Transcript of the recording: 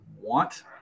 want